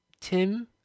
Tim